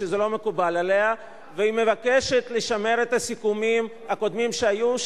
שזה לא מקובל עליה והיא מבקשת לשמר את הסיכומים הקודמים שהיו,